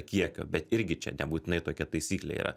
kiekio bet irgi čia nebūtinai tokia taisyklė yra